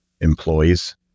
employees